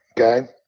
okay